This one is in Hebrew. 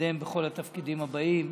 ותתקדם בכל התפקידים הבאים.